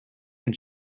and